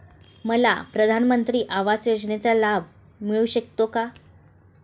मला प्रधानमंत्री आवास योजनेचा लाभ मिळू शकतो का?